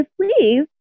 please